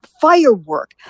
firework